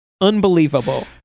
Unbelievable